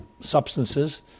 substances